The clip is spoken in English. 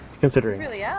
Considering